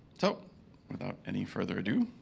so without any further ado.